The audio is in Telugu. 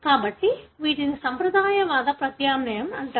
కాబట్టి వీటిని సంప్రదాయవాద ప్రత్యామ్నాయం అంటారు